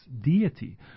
deity